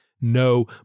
No